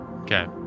okay